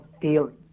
feeling